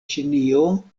ĉinio